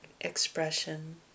expression